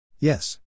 Yes